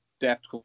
depth